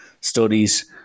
studies